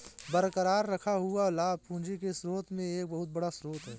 बरकरार रखा हुआ लाभ पूंजी के स्रोत में एक बहुत बड़ा स्रोत है